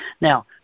Now